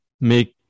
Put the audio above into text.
make